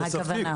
התקציב.